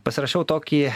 pasirašiau tokį